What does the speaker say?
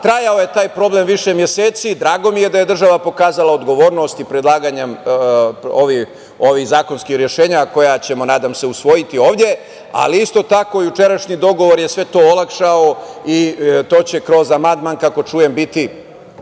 Trajao je taj problem više meseci. Drago mi je da je država pokazala odgovornost i predlaganje ovih zakonskih rešenja koja ćemo, nadam se, usvojiti ovde, ali isto tako jučerašnji dogovor je to sve olakšao i to će kroz amandman, kako čujem, biti